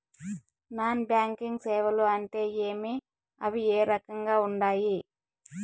non banking సేవలు అంటే ఏమి అవి ఏ రకంగా ఉండాయి